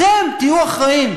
אתם תהיו אחראים